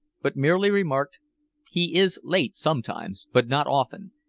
but merely remarked he is late sometimes, but not often.